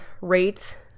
rate